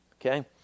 okay